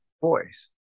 voice